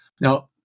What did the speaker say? Now